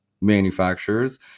manufacturers